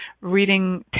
reading